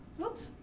whoops,